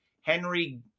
Henry